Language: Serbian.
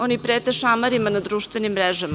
Oni prete šamarima na društvenim mrežama.